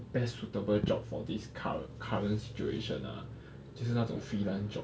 best suitable job for this cu~ current situation lah 就是那种 freelance job